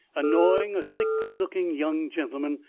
annoying a sickly-looking young gentleman,